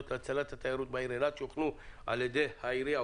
להצלת התיירות בעיר אילת שהוכנו על-ידי העירייה.